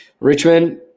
Richmond